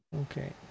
Okay